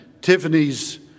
Tiffany's